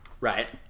Right